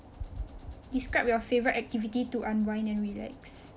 describe your favourite activity to unwind and relax